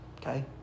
Okay